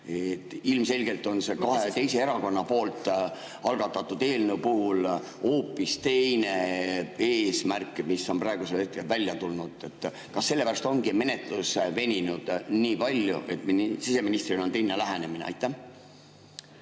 Ilmselgelt on sellel kahe erakonna poolt algatatud eelnõul hoopis teine eesmärk, mis on praegusel hetkel välja tulnud. Kas sellepärast ongi menetlus veninud nii palju, et siseministril on teine lähenemine? Tänan,